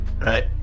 Right